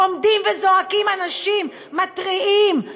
עומדים וזועקים אנשים, מתריעים.